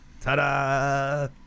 Ta-da